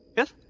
yes?